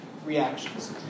Reactions